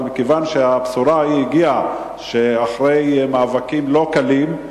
אבל כיוון שהבשורה הגיעה אחרי מאבקים לא קלים,